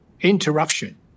interruption